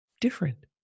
different